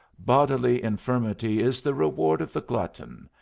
bodily infirmity is the reward of the glutton.